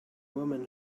women